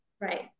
right